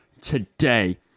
today